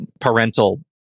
parental